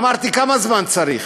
אמרתי: כמה זמן צריך?